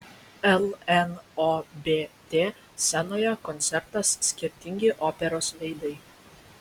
lnobt scenoje koncertas skirtingi operos veidai